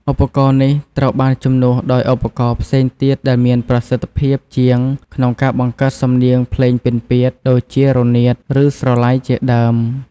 ឧបករណ៍នេះត្រូវបានជំនួសដោយឧបករណ៍ផ្សេងទៀតដែលមានប្រសិទ្ធភាពជាងក្នុងការបង្កើតសំនៀងភ្លេងពិណពាទ្យ ដូចជារនាត ឬស្រឡៃជាដើម។